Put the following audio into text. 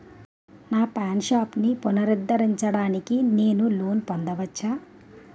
నా పాన్ షాప్ని పునరుద్ధరించడానికి నేను లోన్ పొందవచ్చా?